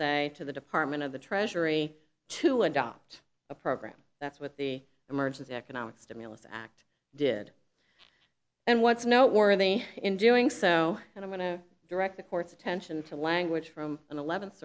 say to the department of the treasury to adopt a program that's what the emergency economic stimulus act did and what's noteworthy in doing so and i'm going to direct the court's attention to language from an eleventh